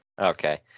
Okay